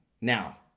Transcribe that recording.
now